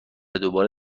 دوباره